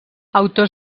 autor